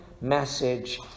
message